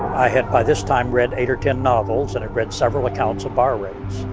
i had by this time read eight or ten novels, and i've read several accounts of bar raids.